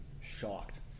shocked